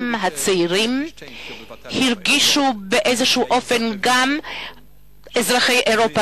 הצעירים הרגישו באיזה אופן גם אזרחי אירופה,